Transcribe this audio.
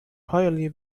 highly